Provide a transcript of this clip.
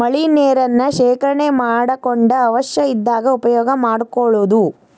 ಮಳಿ ನೇರನ್ನ ಶೇಕರಣೆ ಮಾಡಕೊಂಡ ಅವಶ್ಯ ಇದ್ದಾಗ ಉಪಯೋಗಾ ಮಾಡ್ಕೊಳುದು